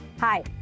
Hi